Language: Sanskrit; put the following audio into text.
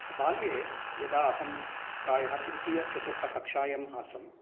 बाल्ये यदा अहं प्रायः तृतीयचतुर्थकक्षायाम् आसम्